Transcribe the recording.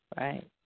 Right